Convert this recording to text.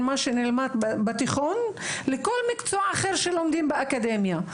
מה שנלמד בתיכון לכל מקצוע אחר שלומדים באקדמיה.